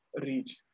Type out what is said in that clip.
reach